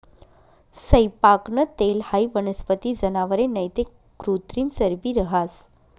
सैयपाकनं तेल हाई वनस्पती, जनावरे नैते कृत्रिम चरबी रहास